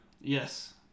Yes